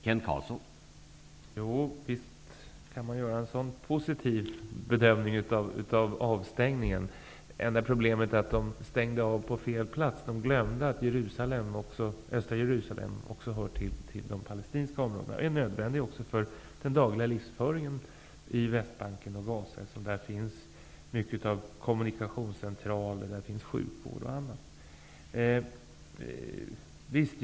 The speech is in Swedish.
Herr talman! Visst går det att göra en sådan positiv bedömning av avstängningen. Det enda problemet är att avstängningen skedde på fel plats. De glömde att östra Jerusalem också hör till de palestinska områdena. Det området är nödvändigt för den dagliga livsföringen i Västbanken och Gaza. Där finns mycket av kommunikationscentraler, sjukvård osv.